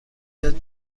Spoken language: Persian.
بیاد